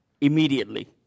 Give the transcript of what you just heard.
Immediately